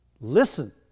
listen